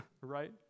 right